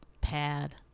pad